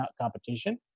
competition